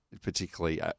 particularly